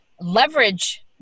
leverage